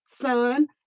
Son